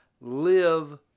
live